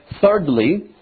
Thirdly